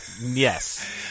yes